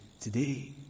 today